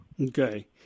Okay